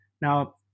Now